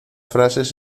frases